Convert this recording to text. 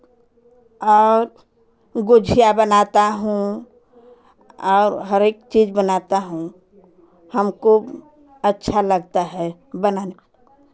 और गुझिया बनाता हूँ और हरेक चीज़ बनाता हूँ हमको अच्छा लगता है बनाने में